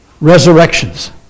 resurrections